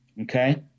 Okay